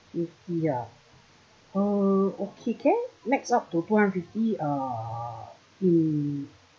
okay ya uh okay can max up to two hundred fifty uh in